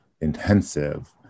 intensive